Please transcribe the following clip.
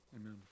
Amen